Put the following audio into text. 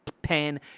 Pen